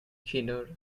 kvinnor